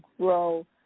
grow